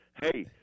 hey